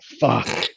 fuck